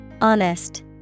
Honest